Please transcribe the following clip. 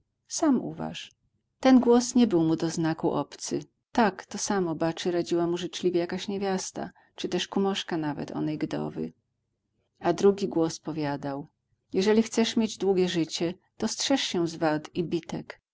sam uważ ten głos nie był mu do znaku obcy tak to samo baczy radziła mu życzliwie jakaś niewiasta czy też kumoszka nawet onej gdowy a drugi głos powiadał jeżeli chcesz mieć długie życie to strzeż się zwad i bitek